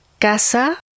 Casa